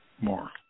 more